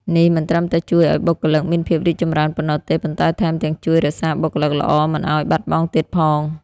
នេះមិនត្រឹមតែជួយឱ្យបុគ្គលិកមានភាពរីកចម្រើនប៉ុណ្ណោះទេ ប៉ុន្តែថែមទាំងជួយ រក្សាបុគ្គលិកល្អ មិនឱ្យបាត់បង់ទៀតផង។